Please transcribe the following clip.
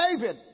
david